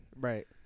Right